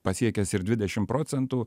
pasiekęs ir dvidešim procentų